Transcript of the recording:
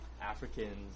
Africans